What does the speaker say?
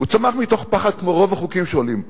הוא צמח מתוך פחד, כמו רוב החוקים שעולים פה.